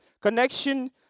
Connection